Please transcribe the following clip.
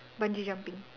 bungee jumping